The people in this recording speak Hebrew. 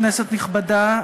כנסת נכבדה,